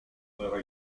nueva